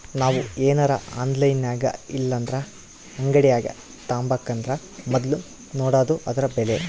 ನಾವು ಏನರ ಆನ್ಲೈನಿನಾಗಇಲ್ಲಂದ್ರ ಅಂಗಡ್ಯಾಗ ತಾಬಕಂದರ ಮೊದ್ಲು ನೋಡಾದು ಅದುರ ಬೆಲೆ